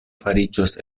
fariĝos